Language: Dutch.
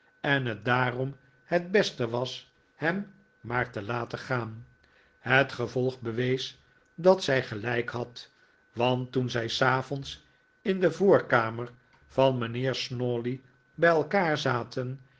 en het daarom het beste was hem maar te laten gaan het gevolg bewees dat zij gelijk had want toen zij s avonds in de voorkamer van mijnheer snawley bij elkaar zaten